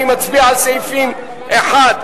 אני מצביע על סעיפים 1,